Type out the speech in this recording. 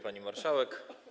Pani Marszałek!